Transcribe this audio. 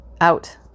Out